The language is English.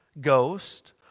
Ghost